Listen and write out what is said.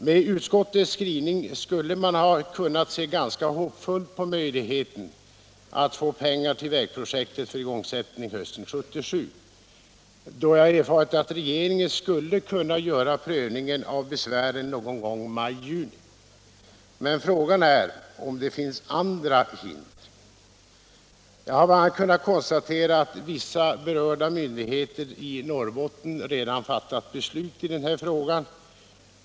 Med utskottets skrivning skulle man ha kunnat se ganska hoppfullt på möjligheten att få pengar till vägprojektet för igångsättning hösten 1977, då jag erfarit att regeringen skulle kunna göra prövningen av besvären någon gång maj-juni. Men frågan är om det finns andra hinder. Jag har bl.a. kunnat konstatera att vissa berörda myndigheter i Norrbotten redan beslutat i den här frågan.